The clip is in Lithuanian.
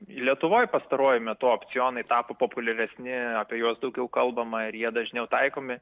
lietuvoj pastaruoju metu opcionai tapo populiaresni apie juos daugiau kalbama ir jie dažniau taikomi